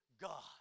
God